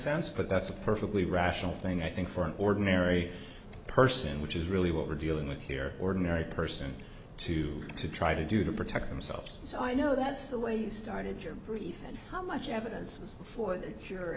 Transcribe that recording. sense but that's a perfectly rational thing i think for an ordinary person which is really what we're dealing with here ordinary person to to try to do to protect themselves so i know that's the way you started your belief and how much evidence for